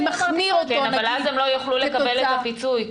אני מחמיר אותו --- אבל אז הם לא יוכלו לקבל את הפיצוי,